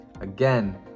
Again